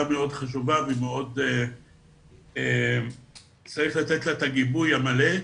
מאוד חשובה וצריך לתת לה את הגיבוי המלא.